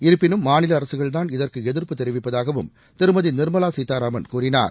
இருப்பினும் மாநில அரசுகள்தான் இதற்கு எதிர்ப்பு தெரிவிப்பதாகவும் திருமதி நிர்மவா சீதாராமன் கூறினார்